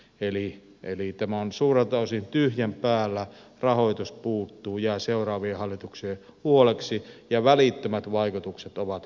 tämä on suurelta osin tyhjän päällä rahoitus puuttuu jää seuraavien hallituksien huoleksi ja välittömät vaikutukset ovat hyvin vähäiset